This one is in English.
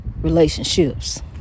relationships